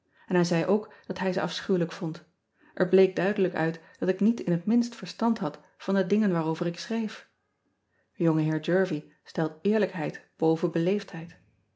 n hij zei ook dat hij ze afschuwelijk vond r bleek duidelijk uit dat ik niet in het minst verstand had van de dingen waarover ik schreef